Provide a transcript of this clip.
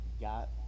got